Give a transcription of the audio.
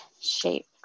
shape